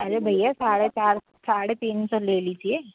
अरे भैया साढ़े चार साढ़े तीन सौ ले लीजिए